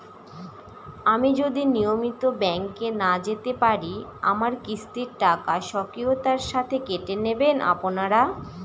আমি যদি নিয়মিত ব্যংকে না যেতে পারি আমার কিস্তির টাকা স্বকীয়তার সাথে কেটে নেবেন আপনারা?